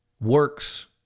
works